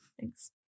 Thanks